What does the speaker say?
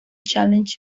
challenge